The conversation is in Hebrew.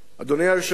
אדוני היושב-ראש,